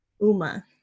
Uma